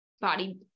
body